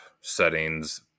settings